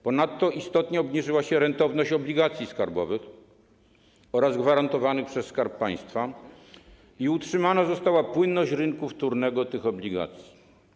Ponadto istotnie obniżyła się rentowność obligacji skarbowych oraz gwarantowanych przez Skarb Państwa i utrzymana została płynność rynku wtórnego tych obligacji.